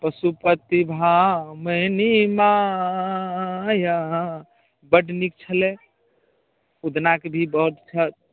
पशुपति भामिनी माया बड्ड नीक छलै उगनाके गीत बहुत ख्यात